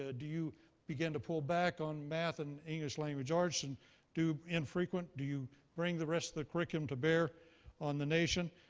ah do you begin to pull back on math and english language arts and do them infrequent? do you bring the rest of the curriculum to bear on the nation?